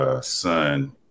son